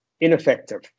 ineffective